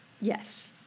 Yes